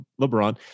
LeBron